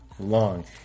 long